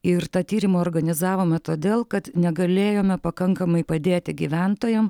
ir tą tyrimą organizavome todėl kad negalėjome pakankamai padėti gyventojam